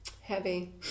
Heavy